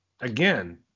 Again